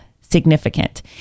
significant